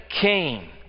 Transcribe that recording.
came